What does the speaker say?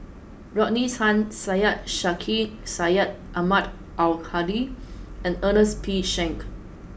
Rodney Tan Syed Sheikh Syed Ahmad Al Hadi and Ernest P Shanks